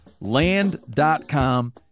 Land.com